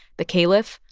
the caliph,